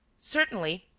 certainly,